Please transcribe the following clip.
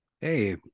Hey